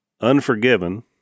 Unforgiven